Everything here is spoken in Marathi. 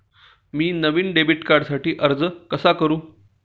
मी नवीन डेबिट कार्डसाठी अर्ज कसा करू?